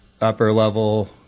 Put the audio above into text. upper-level